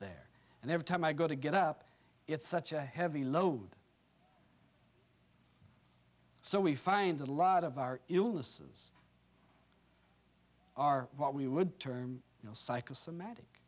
there and every time i go to get up it's such a heavy load so we find a lot of our illnesses are what we would term you know psychosomatic